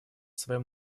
своем